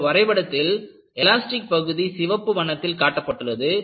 இந்த வரைபடத்தில் எலாஸ்டிக் பகுதி சிவப்பு வண்ணத்தில் காட்டப்பட்டுள்ளது